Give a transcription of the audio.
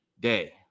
day